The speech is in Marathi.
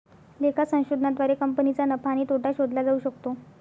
लेखा संशोधनाद्वारे कंपनीचा नफा आणि तोटा शोधला जाऊ शकतो